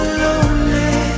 lonely